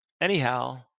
anyhow